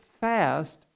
fast